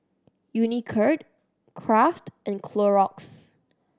Unicurd Kraft and Clorox